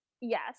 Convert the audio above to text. yes